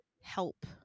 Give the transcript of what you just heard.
help